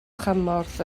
chymorth